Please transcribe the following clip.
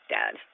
Dad